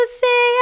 say